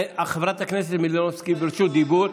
חברת הכנסת מלינובסקי ברשות דיבור.